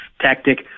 tactic